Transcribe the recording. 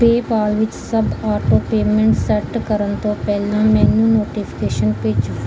PayPal ਵਿੱਚ ਸਭ auto payments set ਕਰਨ ਤੋਂ ਪਹਿਲਾਂ ਮੈਨੂੰ ਨੋਟੀਫਿਕੇਸ਼ਨ ਭੇਜੋ